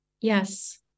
yes